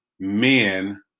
Men